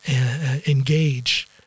engage